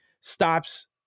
stops